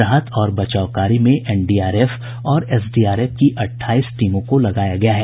राहत और बचाव कार्य में एनडीआरएफ और एसडीआरएफ की अट्ठाईस टीमों को लगाया गया है